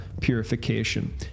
purification